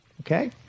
Okay